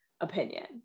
opinion